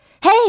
Hey